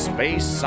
Space